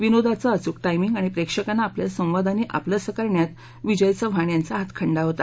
विनोदाचं अचूक टायमिंग आणि प्रेक्षकांना आपल्या संवादांनी आपलंसं करण्यात विजय चव्हाण यांचा हातखंडा होता